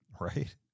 Right